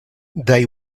they